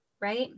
right